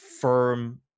firm